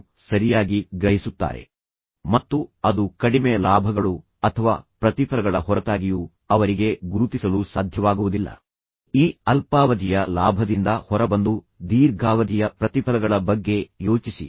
ಅವರು ಕೆಟ್ಟ ಅಭ್ಯಾಸವನ್ನು ಹೊಂದಿದ್ದಾರೆ ಮತ್ತು ಇದು ನಿಜವಾಗಿಯೂ ಹಾನಿಕಾರಕವೆಂದು ಅವರಿಗೆ ತಿಳಿದಿದೆ ಆದರೆ ಕೆಲವರಿಗೆ ಇದು ಕೆಟ್ಟ ಅಭ್ಯಾಸವಾಗಿದೆ ಎಂದು ಅದನ್ನು ಗುರುತಿಸಲು ಸಾಧ್ಯವಾಗುವುದಿಲ್ಲ ಮತ್ತು ನಂತರ ಅದು ಕಡಿಮೆ ಲಾಭಗಳು ಅಥವಾ ಪ್ರತಿಫಲಗಳ ಹೊರತಾಗಿಯೂ ಅವರಿಗೆ ಸಾಧ್ಯವಾಗುವುದಿಲ್ಲ ಈ ಅಲ್ಪಾವಧಿಯ ಲಾಭದಿಂದ ಹೊರಬಂದು ದೀರ್ಘಾವಧಿಯ ಪ್ರತಿಫಲಗಳ ಬಗ್ಗೆ ಯೋಚಿಸಿ